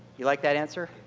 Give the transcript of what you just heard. you like that answer?